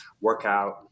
workout